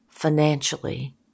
Financially